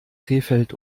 krefeld